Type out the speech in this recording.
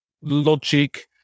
logic